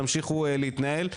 תמשיכו להתנהל,